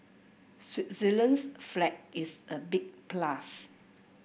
Switzerland's flag is a big plus